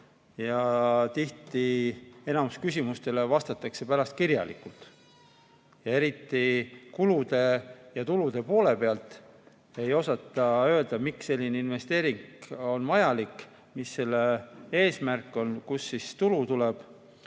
Tihti enamikule küsimustele vastatakse kirjalikult. Eriti kulude ja tulude poole pealt ei osata öelda, miks investeering on vajalik, mis selle eesmärk on, kust tulu tuleb.